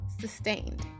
sustained